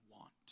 want